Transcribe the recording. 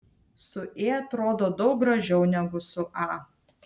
su ė atrodo daug gražiau negu su a